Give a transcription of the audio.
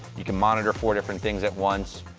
you can monitor four different things at once.